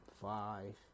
five